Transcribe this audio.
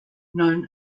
known